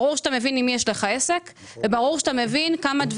ברור שאתה מבין עם מי יש לך עסק וברור שאתה מבין שדברים